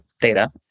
data